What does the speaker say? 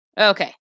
Okay